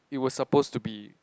it was supposed to be